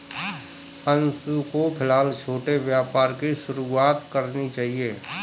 अंशु को फिलहाल छोटे व्यापार की शुरुआत करनी चाहिए